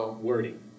wording